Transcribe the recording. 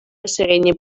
расширении